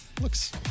Looks